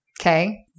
Okay